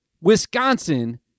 Wisconsin